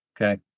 okay